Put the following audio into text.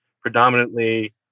predominantly